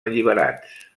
alliberats